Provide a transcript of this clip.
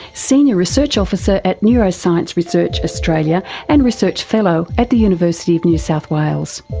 senior research officer at neuroscience research australia and research fellow at the university of new south wales.